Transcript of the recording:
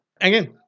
Again